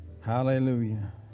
Hallelujah